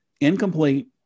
incomplete